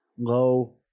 low